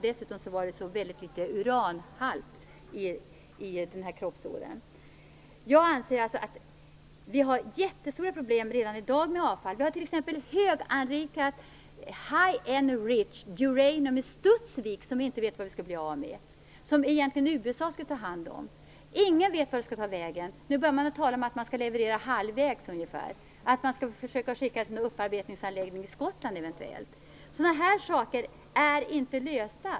Dessutom var det så väldigt liten uranhalt i kroppsådern. Vi har redan i dag jättestora problem med avfall. Vi har t.ex. höganrikat avfall - high enriched uranium - i Studsvik som vi inte vet hur vi skall bli av med, och som USA egentligen skall ta hand om. Ingen vet var det skall ta vägen. Nu börjar man tala om att man skall leverera det halvvägs och eventuellt försöka att skicka det till en upparbetningsanläggning i Skottland. Sådana frågor är inte lösta.